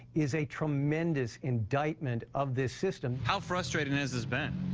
is a tremendous indictment of this system. how frustrating has this been?